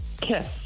Kiss